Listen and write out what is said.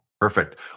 Perfect